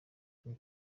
icyo